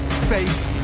space